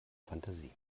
fantasie